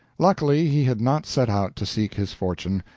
luckily, he had not set out to seek his fortune,